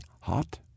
hot